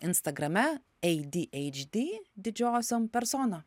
instagrame ei dy eidž dy didžiosiom persona